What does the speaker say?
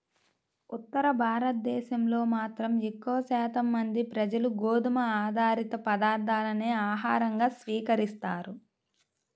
ఉత్తర భారతదేశంలో మాత్రం ఎక్కువ శాతం మంది ప్రజలు గోధుమ ఆధారిత పదార్ధాలనే ఆహారంగా స్వీకరిస్తారు